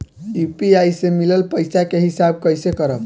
UPI से मिलल पईसा के हिसाब कइसे करब?